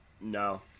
No